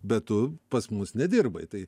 bet tu pas mus nedirbai tai